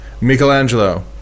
michelangelo